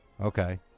Okay